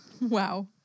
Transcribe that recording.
Wow